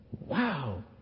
Wow